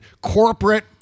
corporate